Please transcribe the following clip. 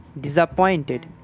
disappointed